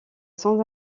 sans